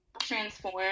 transform